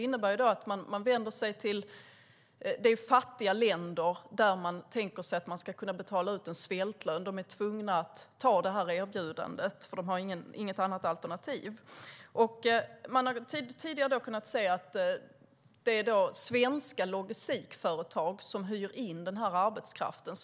Man vänder sig till fattiga länder där man tänker sig att man ska kunna betala ut en svältlön. Chaufförerna är tvungna att ta dessa erbjudanden, för de har inget annat alternativ. Vi har tidigare kunnat se att det är svenska logistikföretag som hyr in arbetskraften.